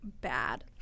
bad